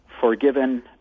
forgiven